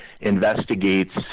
investigates